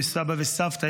יש סבא וסבתא,